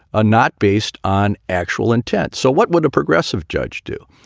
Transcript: ah not based on actual intent. so what would a progressive judge do?